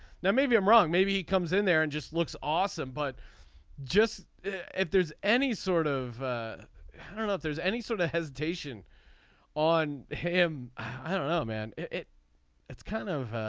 now maybe i'm wrong. maybe he comes in there and just looks awesome but just if there's any sort of i don't know if there's any sort of hesitation on him i don't know man. that's kind of.